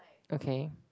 okay